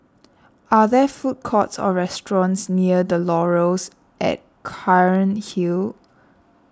are there food courts or restaurants near the Laurels at Cairnhill